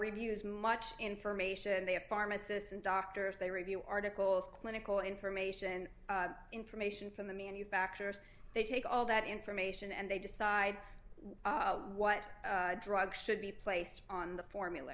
reviews much information they have pharmacists and doctors they review articles clinical information information from the manufacturers they take all that information and they decide what drugs should be placed on the formula